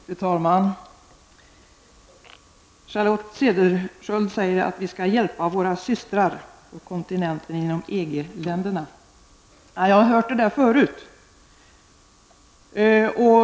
Fru talman! Charlotte Cederschiöld säger att vi skall hjälpa våra systrar inom EG-länderna på kontinenten. Jag har hört det där förut.